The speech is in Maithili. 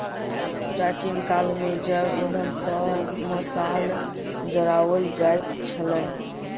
प्राचीन काल मे जैव इंधन सॅ मशाल जराओल जाइत छलै